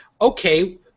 okay